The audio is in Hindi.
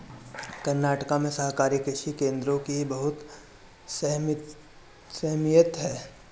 कर्नाटक में सहकारी कृषि केंद्रों की बहुत अहमियत है